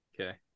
Okay